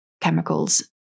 chemicals